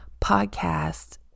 podcast